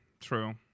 True